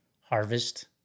harvest